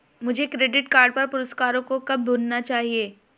मुझे credit card पर पुरस्कारों को कब भुनाना चाहिए?